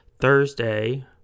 Thursday